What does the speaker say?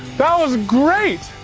that was great.